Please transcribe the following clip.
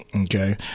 okay